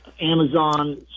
Amazon